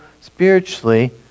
spiritually